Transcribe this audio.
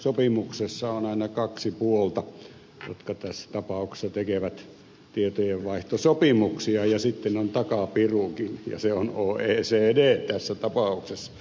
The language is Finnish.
sopimuksessa on aina kaksi puolta jotka tässä tapauksessa tekevät tietojenvaihtosopimuksia ja sitten on takapirukin ja se on oecd tässä tapauksessa